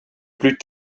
plus